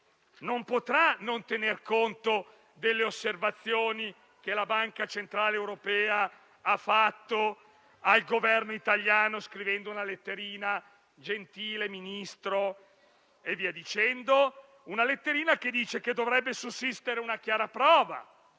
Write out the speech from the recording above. non potrà non tener conto delle osservazioni che la Banca centrale europea ha fatto al Governo italiano, scrivendo una letterina indirizzata al gentile Ministro. È una letterina che dice che dovrebbe sussistere una chiara prova